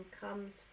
comes